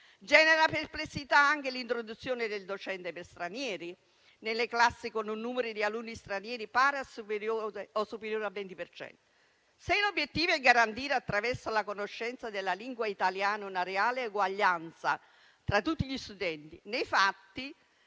Genera perplessità anche l'introduzione del docente per stranieri nelle classi con un numero di alunni stranieri pari o superiore al 20 per cento. Se l'obiettivo è garantire, attraverso la conoscenza della lingua italiana, una reale eguaglianza tra tutti gli studenti, nei fatti